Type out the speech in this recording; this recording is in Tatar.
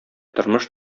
тормыш